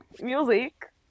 music